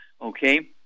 okay